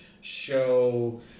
show